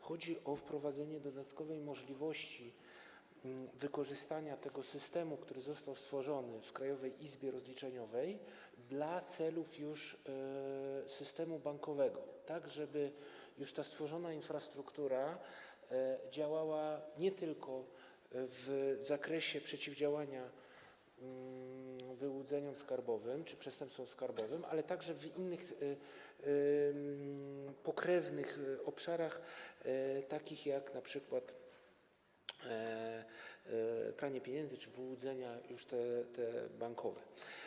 Chodzi o wprowadzenie dodatkowej możliwości wykorzystania tego systemu, który został stworzony w Krajowej Izbie Rozliczeniowej, do celów systemu bankowego, żeby stworzona infrastruktura działała nie tylko w zakresie przeciwdziałania wyłudzeniom skarbowym czy przestępstwom skarbowym, ale także w innych, pokrewnych obszarach, takich jak np. pranie pieniędzy czy wyłudzenia bankowe.